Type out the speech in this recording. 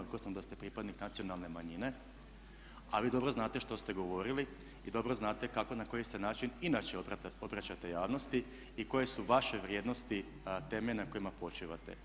Rekao sam da ste pripadnik nacionalne manjine, a vi dobro znate što ste govorili i dobro znate kako i na koji način ste inače obraćate javnosti i koje svu vaše vrijednosti temelji na kojima počivate.